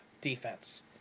defense